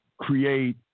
create